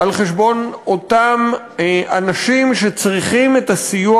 על חשבון אותם אנשים שצריכים את הסיוע